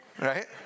right